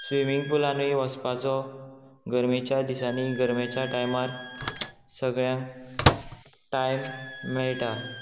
swimming पुलानूय वचपाचो गरमेच्या दिसांनी गरमेच्या टायमार सगळ्यांक टायम मेळटा